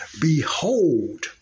Behold